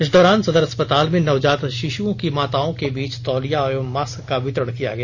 इस दौरान सदर अस्पताल में नवजात शिशुओ की माताओं के बीच तौलिया एवं मास्क का वितरण किया गया